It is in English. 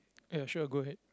ya sure go ahead